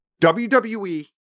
WWE